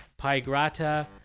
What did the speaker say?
pygrata